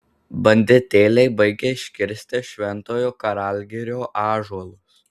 banditėliai baigia iškirsti šventojo karalgirio ąžuolus